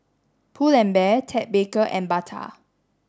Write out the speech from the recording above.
Pull and Bear Ted Baker and Bata